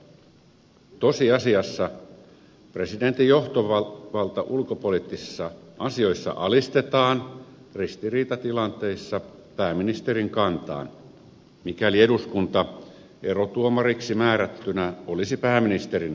tosiasiassa presidentin johtovalta ulkopoliittisissa asioissa alistetaan ristiriitatilanteissa pääministerin kantaan mikäli eduskunta erotuomariksi määrättynä olisi pääministerin kannalla